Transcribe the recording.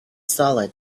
solid